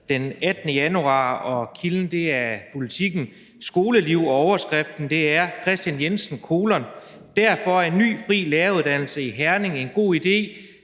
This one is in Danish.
den 18. januar, og kilden er Politiken Skoleliv, og overskriften er: »Kristian Jensen: Derfor er en ny, fri læreruddannelse i Herning en god idé«.